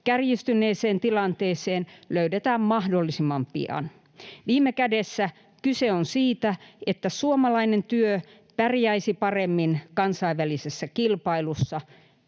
kärjistyneeseen tilanteeseen löydetään mahdollisimman pian. Viime kädessä kyse on siitä, että suomalainen työ pärjäisi paremmin kansainvälisessä kilpailussa.